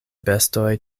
bestoj